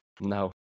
No